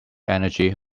energy